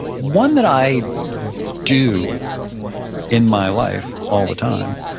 one that i do in my life all the time.